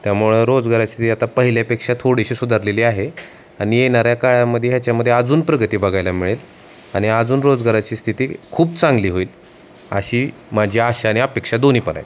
त्यामुळं रोजगाराची स्थिती आता पहिल्यापेक्षा थोडीशी सुधारलेली आहे आणि येणाऱ्या काळात ह्याच्यामध्ये अजून प्रगती बघायला मिळेल आणि अजून रोजगाराची स्थिती खूप चांगली होईल अशी माझी आशा आणि अपेक्षा दोन्ही पण आहेत